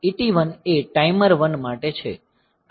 ET1 એ timer 1 માટે છે